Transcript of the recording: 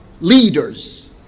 leaders